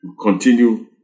continue